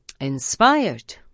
inspired